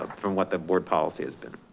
ah from what the board policy has been.